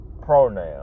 Pronoun